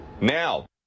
now